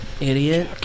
idiot